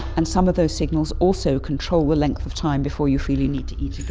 and some of those signals also control length of time before you feel you need to eat again.